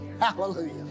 Hallelujah